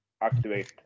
activate